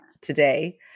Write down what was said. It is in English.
today